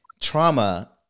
trauma